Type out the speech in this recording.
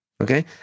okay